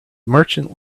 merchant